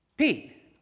Pete